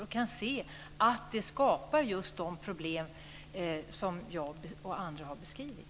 Kan hon inte se att de skapar just de problem som jag och andra har beskrivit?